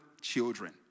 children